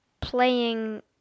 playing